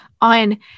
on